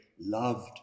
loved